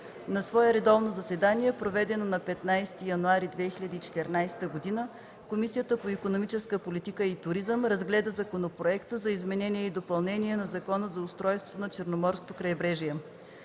На свое редовно заседание, проведено на 15 януари 2014 г., Комисията по икономическата политика и туризъм разгледа Законопроекта за изменение и допълнение на Закона за устройството на Черноморското крайбрежие.